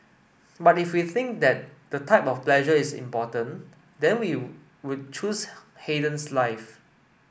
but if we think that the type of pleasure is important then we would choose Haydn's life